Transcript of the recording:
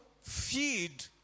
feed